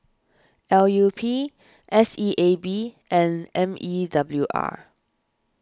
L U P S E A B and M E W R